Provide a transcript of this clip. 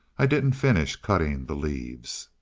i didn't finish cutting the leaves.